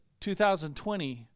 2020